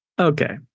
Okay